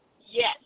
Yes